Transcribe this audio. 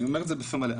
אני אומר את זה בפה מלא,